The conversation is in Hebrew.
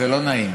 זה לא נעים.